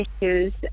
issues